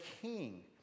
king